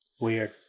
Weird